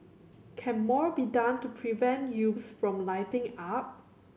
can more be done to prevent youths from lighting up